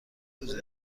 روزی